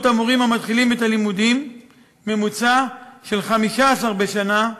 מספר המורים המתחילים את הלימודים הוא בממוצע 15 בשנה,